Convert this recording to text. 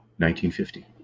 1950